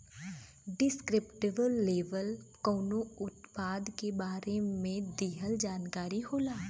descriptive label कउनो उत्पाद के बारे में दिहल जानकारी होला